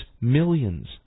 millions